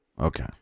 Okay